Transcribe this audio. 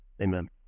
Amen